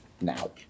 Now